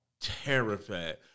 terrified